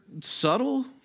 subtle